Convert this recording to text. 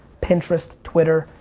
pinterest, twitter,